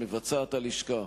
שמבצעת הלשכה,